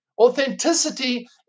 Authenticity